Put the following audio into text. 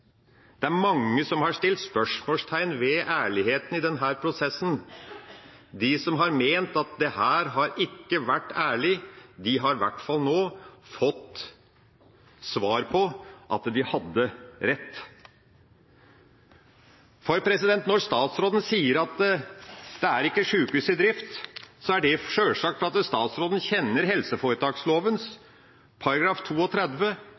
Det er mange som har satt spørsmålstegn ved ærligheten i denne prosessen. De som har ment at dette ikke har vært ærlig, har i hvert fall nå fått svar på at de hadde rett. For når statsråden sier at det ikke er sykehus i drift, er det sjølsagt at statsråden kjenner